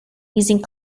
using